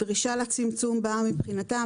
הדרישה לצמצום באה מבחינתם,